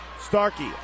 Starkey